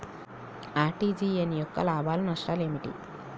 RTGS యొక్క లాభాలు నష్టాలు ఏమిటి?